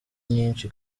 nyinshi